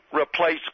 replace